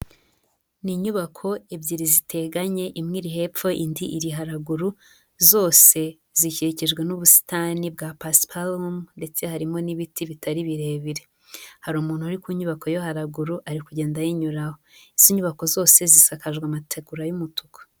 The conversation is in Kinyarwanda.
Ni inyubako ebyiri ziteganye imwe iri hepfo indi iri haraguru, zose zikikijwe n'ubusitani bwa paspalum ndetse harimo n'ibiti bitari birebire. Hari umuntu uri ku nyubako yo haruguru ari kugenda ayinyuraho. Izi nyubako zose zisakajwe amategura y'umutuku.